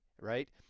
right